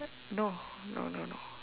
no no no no